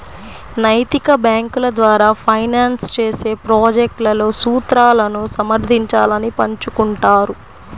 నైతిక బ్యేంకుల ద్వారా ఫైనాన్స్ చేసే ప్రాజెక్ట్లలో సూత్రాలను సమర్థించాలను పంచుకుంటారు